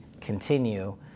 continue